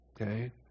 Okay